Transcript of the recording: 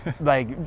like-